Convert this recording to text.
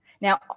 Now